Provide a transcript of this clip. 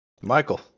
michael